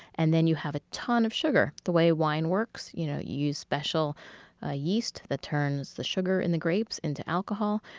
and then you have a ton of sugar. the way wine works, you know you use special ah yeast that turns the sugar in the grapes into alcohol.